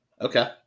Okay